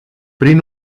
prin